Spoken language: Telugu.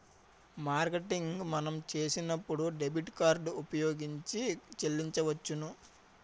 మార్కెటింగ్ మనం చేసినప్పుడు డెబిట్ కార్డు ఉపయోగించి చెల్లించవచ్చును